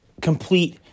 complete